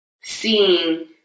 seeing